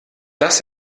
dass